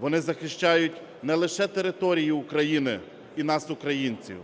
Вони захищають не лише територію України і нас, українців.